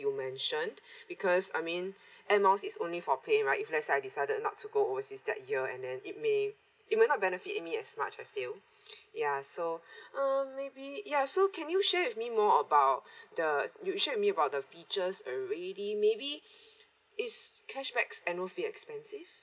you mentioned because I mean air miles is only for plane right if let's say I decided not to go overseas that year and then it may it will not benefit me as much I feel ya so um maybe ya so can you share with me more about the you share with me about the features already maybe is cashback annual fee expensive